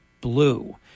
blue